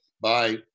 Bye